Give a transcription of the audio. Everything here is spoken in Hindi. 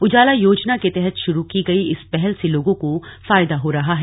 उजाला योजना के तहत शुरू गई इस पहल से लोगों को फायदा हो रहा है